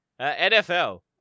NFL